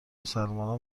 مسلما